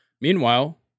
Meanwhile